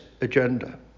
agenda